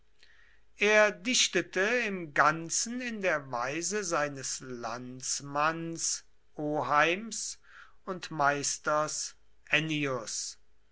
er dichtete im ganzen in der weise seines landsmanns oheims und meisters